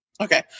Okay